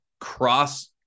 cross